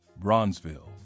Bronzeville